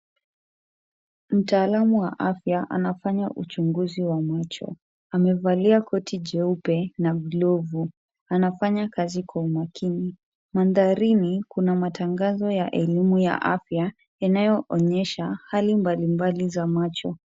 Mtaalamu wa afya anafanya uchunguzi wa macho. Amevalia koti jeupe na glovu. Anafanya kazi kwa umakini. Mandharini kuna matangazo ya elimu ya afya yanayoonyesha hali mbalimbali za macho.